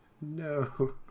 no